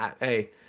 Hey